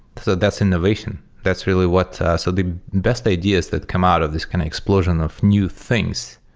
so that's innovation. that's really what so the best ideas that come out of this kind of explosion of new things,